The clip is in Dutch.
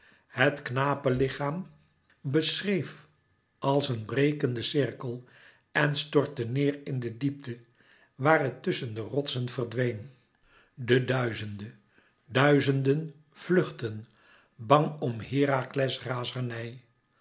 het knapelichaam beschreef als een brekenden cirkel en stortte neêr in de diepte waar het tusschen de rotsen verdween de duizende duizenden vluchtten bang om herakles razernij